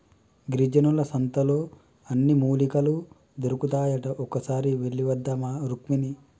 గిరిజనుల సంతలో అన్ని మూలికలు దొరుకుతాయట ఒక్కసారి వెళ్ళివద్దామా రుక్మిణి